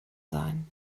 sein